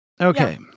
Okay